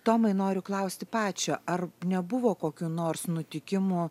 tomai noriu klausti pačio ar nebuvo kokių nors nutikimų